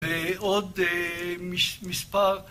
ועוד מספר...